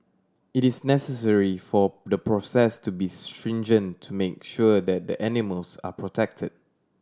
it is necessary for the process to be stringent to make sure that the animals are protected